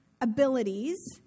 abilities